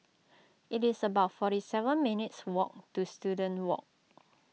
it is about forty seven minutes' walk to Student Walk